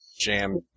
Jam